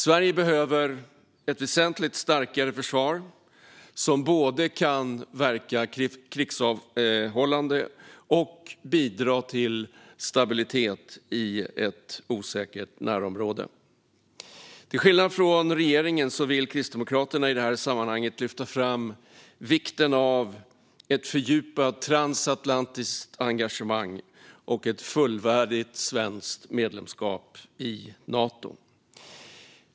Sverige behöver ett väsentligt starkare försvar som både kan verka krigsavhållande och bidra till stabilitet i ett osäkert närområde. Till skillnad från regeringen vill Kristdemokraterna i det här sammanhanget lyfta fram vikten av ett fördjupat transatlantiskt engagemang och ett fullvärdigt svenskt medlemskap i Nato.